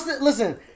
Listen